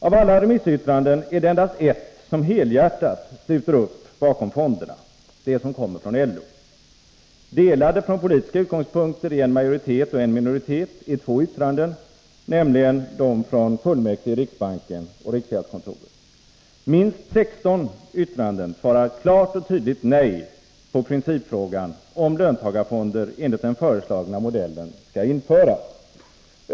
Av alla remissyttranden är det endast ett som helhjärtat sluter upp bakom fonderna — det som kommer från LO. Delade från politiska utgångspunkter är en majoritet och en minoritet i två yttranden, nämligen dem från fullmäktige i riksbanken och riksgäldskontoret. Minst 16 yttranden svarar klart och entydigt nej på principfrågan om löntagarfonder enligt den föreslagna modellen skall införas.